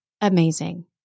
amazing